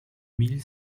mille